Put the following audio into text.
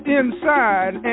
inside